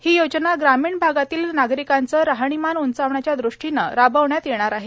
ही योजना ग्रामीण भागातील नागरिकांचे राहणीमान उंचावण्याच्या ृष्टीने राबविण्यात येणार आहे